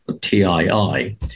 TII